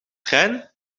trein